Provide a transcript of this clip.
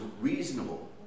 reasonable